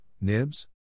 Nibs